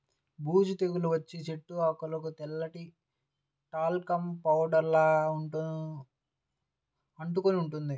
బూజు తెగులు వచ్చిన చెట్టు ఆకులకు తెల్లటి టాల్కమ్ పౌడర్ లాగా అంటుకొని ఉంటుంది